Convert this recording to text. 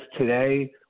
today